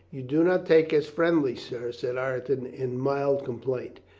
you do not take us friendly, sir, said ireton in mild complaint.